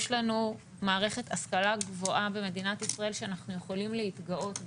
יש לנו מערכת השכלה גבוהה במדינת ישראל שאנחנו יכולים להתגאות בה.